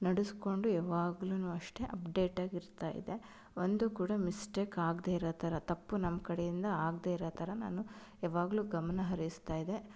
ನಡೆಸ್ಕೊಂಡು ಯಾವಾಗ್ಲು ಅಷ್ಟೇ ಅಪ್ಡೇಟಾಗಿ ಇರ್ತಾ ಇದ್ದೆ ಒಂದೂ ಕೂಡ ಮಿಸ್ಟೇಕ್ ಆಗದೇ ಇರೋ ಥರ ತಪ್ಪು ನಮ್ಮ ಕಡೆಯಿಂದ ಆಗದೇ ಇರೋ ಥರ ನಾನು ಯಾವಾಗ್ಲೂ ಗಮನ ಹರಿಸ್ತಾ ಇದ್ದೆ